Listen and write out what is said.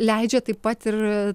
leidžia taip pat ir